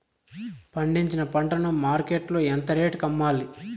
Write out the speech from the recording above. పండించిన పంట ను మార్కెట్ లో ఎంత రేటుకి అమ్మాలి?